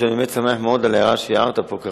אני מבקשת להציע לראש הממשלה להקים קבינט לענייני הפריפריה.